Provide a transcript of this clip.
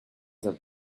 have